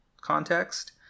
context